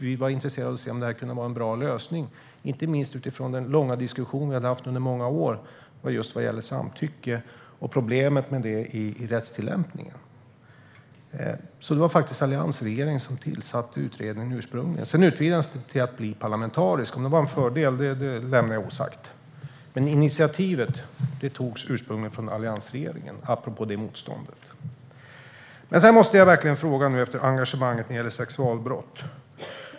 Vi var intresserade av att se om det kunde vara en bra lösning, inte minst utifrån den långa diskussion vi hade haft under många år just vad gäller samtycke och problemet med det i rättstillämpningen. Det var alltså alliansregeringen som tillsatte utredningen ursprungligen. Sedan utvidgades den till att bli parlamentarisk. Om det var en fördel lämnar jag osagt. Men initiativet togs ursprungligen av alliansregeringen, apropå motståndet. Sedan måste jag verkligen ställa en fråga om engagemanget när det gäller sexualbrott.